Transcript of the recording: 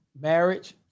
marriage